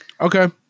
Okay